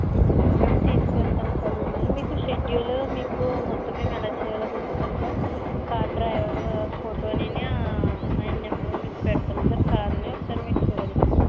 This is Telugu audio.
ఓకే సార్ మేము తీసుకెళతాం సార్ మిమ్మల్ని మీకు షెడ్యూలు మీకు మొత్తం మేము ఎలా చెయ్యాలో చెప్తాము సార్ కార్ డ్రైవర్ ఫోటోనినీ ఆ ఆయన నంబరు మీకు పెడతాము సార్ కారునీ ఒకసారి మీరు చుడండి సార్